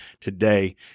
today